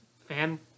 fan